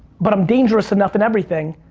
but i'm dangerous enough in everything,